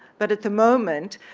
but at the moment,